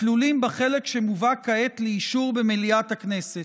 הכלולים בחלק שמובא כעת לאישור במליאת הכנסת.